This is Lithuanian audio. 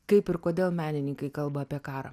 kaip ir kodėl menininkai kalba apie karą